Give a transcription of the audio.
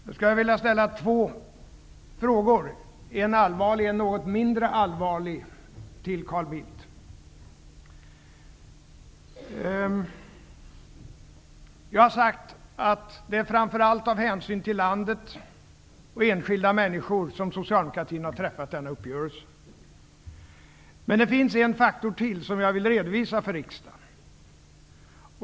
Jag skulle vilja ställa två frågor, en allvarlig och en något mindre allvarlig, till Carl Bildt. Jag har sagt att det framför allt är av hänsyn till landet och enskilda människor som Socialdemokraterna har träffat denna uppgörelse. Men det finns ytterligare en faktor som jag vill redovisa för riksdagen.